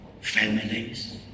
families